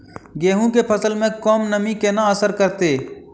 गेंहूँ केँ फसल मे कम नमी केना असर करतै?